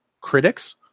critics